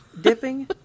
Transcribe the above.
dipping